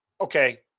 Okay